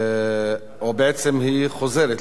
אי-אפשר להצביע נגד.